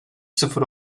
sıfır